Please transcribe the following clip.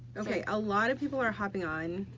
okay a lot of people are hopping on.